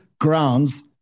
grounds